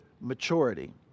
maturity